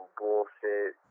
bullshit